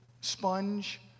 sponge